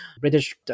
British